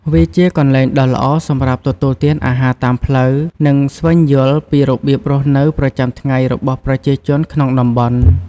វាជាកន្លែងដ៏ល្អសម្រាប់ទទួលទានអាហារតាមផ្លូវ និងស្វែងយល់ពីរបៀបរស់នៅប្រចាំថ្ងៃរបស់ប្រជាជនក្នុងតំបន់។